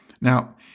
now